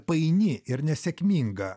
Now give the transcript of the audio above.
paini ir nesėkminga